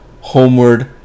Homeward